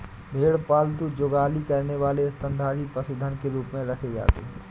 भेड़ पालतू जुगाली करने वाले स्तनधारी पशुधन के रूप में रखे जाते हैं